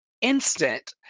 instant